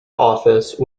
office